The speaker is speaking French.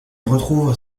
retrouve